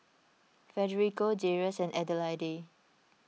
Federico Darrius and Adelaide